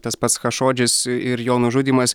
tas pats chašodžis ir jo nužudymas